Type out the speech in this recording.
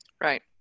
Right